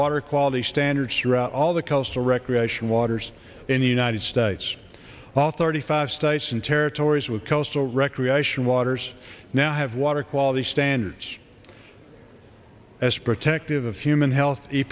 water quality standards throughout all the cultural recreation waters in the united states all thirty five states and territories with coastal recreation waters now have water quality standards as protective of human health